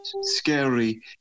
scary